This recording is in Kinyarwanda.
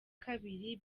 kabiri